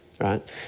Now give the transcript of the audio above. Right